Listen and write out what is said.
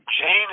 Jane